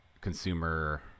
consumer